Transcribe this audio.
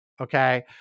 Okay